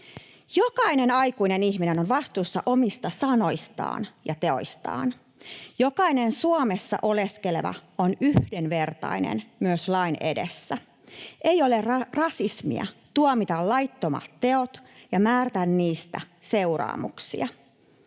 Jokainen aikuinen ihminen on vastuussa omista sanoistaan ja teoistaan. Jokainen Suomessa oleskeleva on yhdenvertainen myös lain edessä. Ei ole rasismia tuomita laittomat teot ja määrätä niistä seuraamuksia.